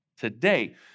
today